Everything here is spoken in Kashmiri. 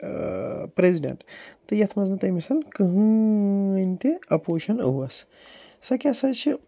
پرٛٮ۪زِڈٮ۪نٛٹ تہٕ یَتھ منٛز نہٕ تٔمِس کٔہۭنۍ تہِ اَپوزِشَن ٲسۍ سۄ کیٛاہ سا چھِ